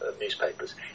newspapers